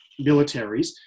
militaries